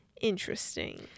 Interesting